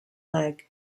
leg